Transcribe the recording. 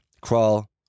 crawl